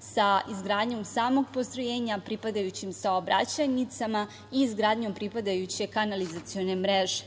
sa izgradnjom samog postrojenja, pripadajućim saobraćajnicama i izgradnjom pripadajuće kanalizacione mreže.